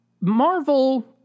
Marvel